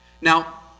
Now